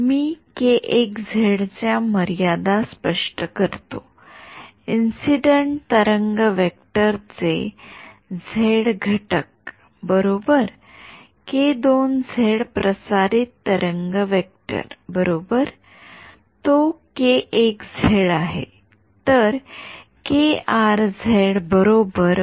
मी च्या मर्यादा स्पष्ट करतो इंसिडेंट तरंग वेक्टर चे झेड घटक बरोबर प्रसारित तरंग वेक्टर बरोबर तो आहे